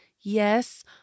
yes